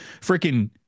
freaking